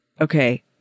Okay